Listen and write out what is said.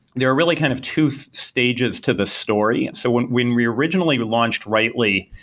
there are really kind of two stages to the story. and so when when we originally launched writely,